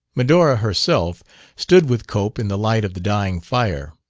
medora herself stood with cope in the light of the dying fire.